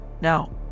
Now